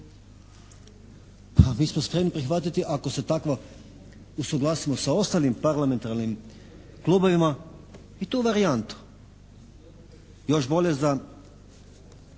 mi smo spremni prihvatiti ako se tako usuglasimo sa ostalim parlamentarnim klubovima i tu varijantu. Još bolje za